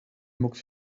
mucks